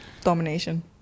domination